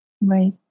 Right